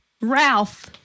Ralph